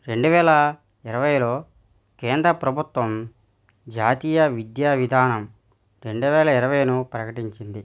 రెండు వేల ఇరవైలో కేంద్ర ప్రభుత్వం జాతీయ విద్యా విధానం రెండు వేల ఇరవైను ప్రకటించింది